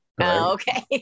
okay